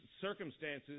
circumstances